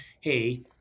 hey